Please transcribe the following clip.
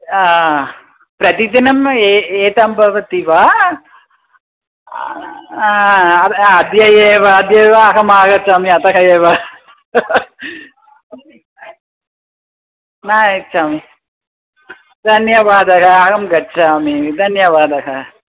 प्रतिदिनम् ए एवं भवति वा अद्य एव अद्य एव अहमागच्छामि अतः एव न आगच्छामि धन्यवादः अहं गच्छामि धन्यवादः